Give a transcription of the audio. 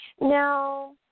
Now